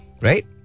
right